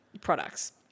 products